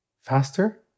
Faster